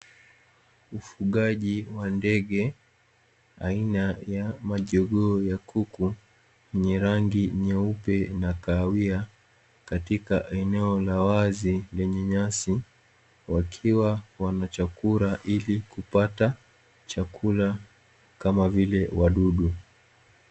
Ufugaji wa ndege aina ya majogoo ya kuku yenye rangi nyeupe na kahawia katika eneo la wazi lenye nyasi, wakiwa wanachakura ili kupata chakula kama vile wadudu.